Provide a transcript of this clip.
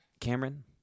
Cameron